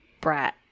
brat